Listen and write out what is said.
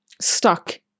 stuck